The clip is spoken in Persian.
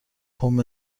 پمپ